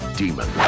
demon